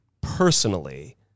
personally